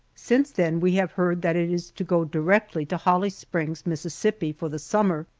since then we have heard that it is to go directly to holly springs, mississippi, for the summer,